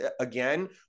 again